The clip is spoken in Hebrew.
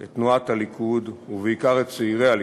את תנועת הליכוד ובעיקר את צעירי הליכוד.